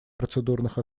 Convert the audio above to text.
процедурных